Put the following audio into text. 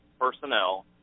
personnel